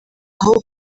aho